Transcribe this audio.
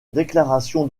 déclaration